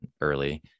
early